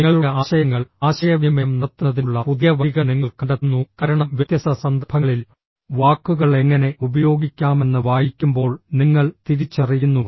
നിങ്ങളുടെ ആശയങ്ങൾ ആശയവിനിമയം നടത്തുന്നതിനുള്ള പുതിയ വഴികൾ നിങ്ങൾ കണ്ടെത്തുന്നു കാരണം വ്യത്യസ്ത സന്ദർഭങ്ങളിൽ വാക്കുകൾ എങ്ങനെ ഉപയോഗിക്കാമെന്ന് വായിക്കുമ്പോൾ നിങ്ങൾ തിരിച്ചറിയുന്നു